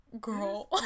girl